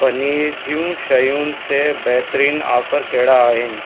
पनीर जूं शयुनि ते बहितरीन ऑफर कहिड़ा आहिनि